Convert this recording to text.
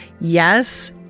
Yes